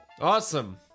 awesome